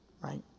Right